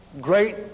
great